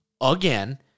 again